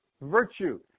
virtue